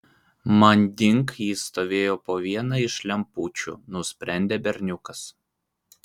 manding jis stovėjo po viena iš lempučių nusprendė berniukas